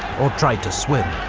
or tried to swim,